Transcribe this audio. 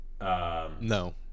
No